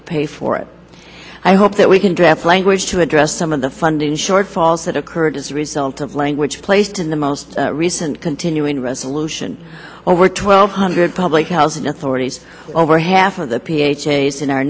to pay for it i hope that we can draft language to address some of the funding shortfalls that occurred as a result of language placed in the most recent continuing resolution over twelve hundred public housing authorities over half of the